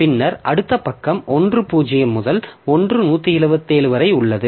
பின்னர் அடுத்த பக்கம் 1 0 முதல் 1 127 வரை உள்ளது